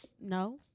No